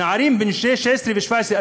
נערים בני 16 ו-17,